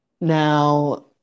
Now